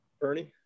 Bernie